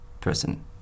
person